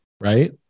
right